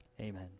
Amen